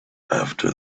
after